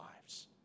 lives